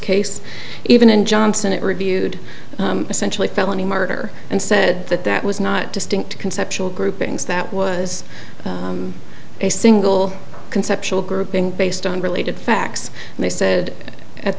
case even in johnson it reviewed essentially felony murder and said that that was not distinct conceptual groupings that was a single conceptual grouping based on related facts and they said